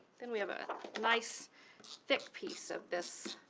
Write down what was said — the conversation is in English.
then we have a nice thick piece of this